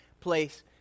place